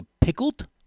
pickled